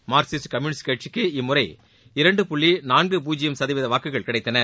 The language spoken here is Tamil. மார்க்சிஸ்ட் கம்யூவிஸ்ட் கட்சிக்கு இம்முறை இரண்டு புள்ளி நான்கு பூஜ்யம் சதவீத வாக்குகள் கிடைத்தன